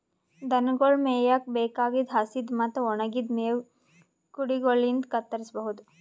ದನಗೊಳ್ ಮೇಯಕ್ಕ್ ಬೇಕಾಗಿದ್ದ್ ಹಸಿದ್ ಮತ್ತ್ ಒಣಗಿದ್ದ್ ಮೇವ್ ಕುಡಗೊಲಿನ್ಡ್ ಕತ್ತರಸಬಹುದು